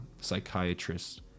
psychiatrists